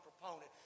proponent